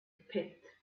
pit